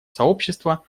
сообщества